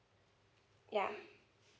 yeah